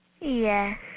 Yes